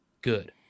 good